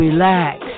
Relax